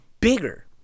bigger